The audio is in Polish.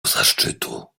zaszczytu